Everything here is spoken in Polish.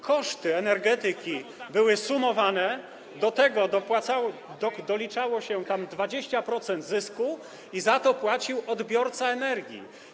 Koszty energetyki były sumowane, do tego doliczało się tam 20% zysku i za to płacił odbiorca energii.